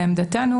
לעמדתנו,